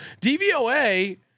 DVOA